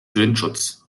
windschutz